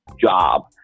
job